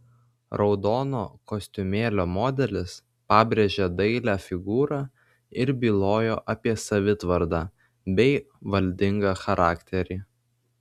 raudono kostiumėlio modelis pabrėžė dailią figūrą ir bylojo apie savitvardą bei valdingą charakterį